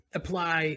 apply